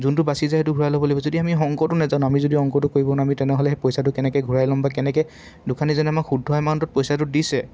যোনটো বাচিছে সেইটো ঘূৰাই ল'ব লাগিব যদি আমি অংকটো নেজানো আমি যদি অংকটো কৰিব নোৱাৰোঁ তেনেহ'লে সেই পইচাটো কেনেকৈ ঘূৰাই ল'ম বা কেনেকৈ দোকানীজনে আমাক শুদ্ধ এমাউণ্টটো পইচাটো দিছে